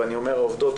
ואני אומר העובדות,